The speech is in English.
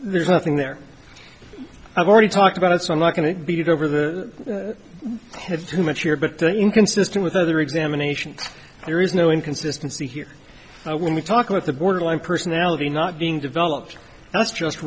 there's nothing there i've already talked about it so i'm not going to beat it over the head too much here but inconsistent with other examinations there is no inconsistency here when we talk about the borderline personality not being developed that's just